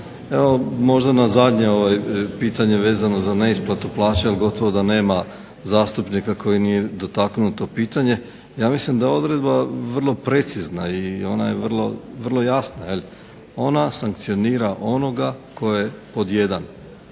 Evo možda na zadnje pitanje vezano za neisplatu plaća, gotovo da nema zastupnika koji nije dotaknuo to pitanje. Ja mislim da je odredba vrlo precizna i ona je vrlo jasna. Ona sankcionira onoga tko je pod 1.